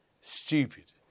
stupid